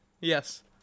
Yes